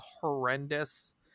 horrendous